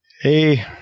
Hey